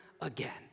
again